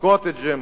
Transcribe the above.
"קוטג'ים",